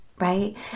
right